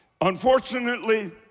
Unfortunately